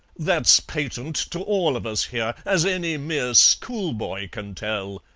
that's patent to all of us here, as any mere schoolboy can tell.